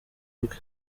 bwe